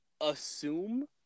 assume